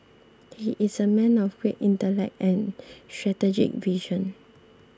he is a man of great intellect and strategic vision